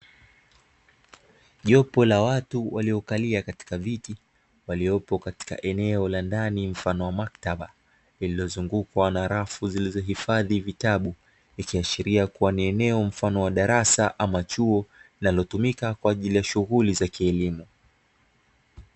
Jopo la watu waliokali katika viti waliopo katika eneo la ndani mfano wa maktaba lililozungukwa na rafu zilizohifadhi vitabu, ikiashiria kuwa ni eneo mfano wa darasa ama chuo linalotumika kwa ajili ya shughuli za kielimu.